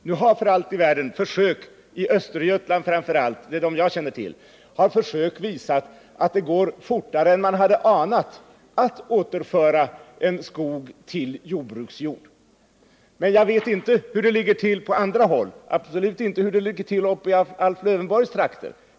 Nu har försök i framför allt Östergötland — det är dem jag känner till — visat att det går fortare än man anat att återföra skog till jordbruksjord. Men jag vet inte hur det ligger till på andra håll, absolut inte i Alf Lövenborgs trakter.